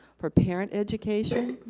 for parent education.